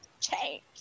change